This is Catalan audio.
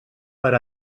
per